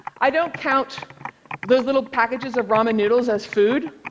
i don't count those little packages of ramen noodles as food.